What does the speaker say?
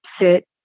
sit